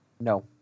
No